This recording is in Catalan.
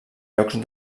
llocs